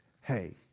Hey